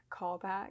callback